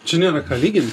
čia nėra ką lygint